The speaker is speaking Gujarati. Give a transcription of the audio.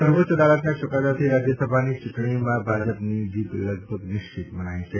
સર્વોચ્ચ અદાલતના ચૂકાદાથી રાજ્યસભાની ચૂંટણીમાં ભાજપની જીત લગભગ નિશ્ચિત મનાય છે